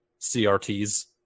CRTs